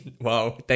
Wow